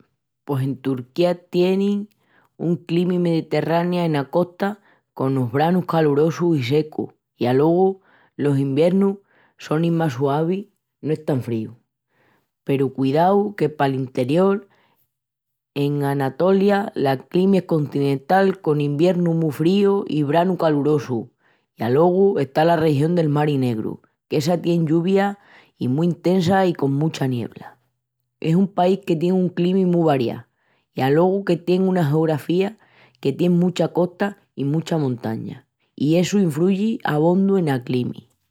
Pos en Turquía tienin una climi mediterrania ena costa conos branus calorosus i secu i alogu los iviernus sonin más suaves no es tan fríu. Peru cudiau que pal interiol, en Anatolia, la climi es continental con iviernu mu fríu i branu calorosu i alogu está la región del Mari Negru qu'essa tien lluvias i mu intesas i con mucha niebla. Es un país que tien una climi mu variá i alogu que tien una geografía que tien mucha costa i mucha montaña i essu infruyi abondu ena climi.